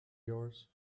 yours